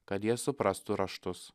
kad jie suprastų raštus